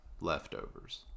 leftovers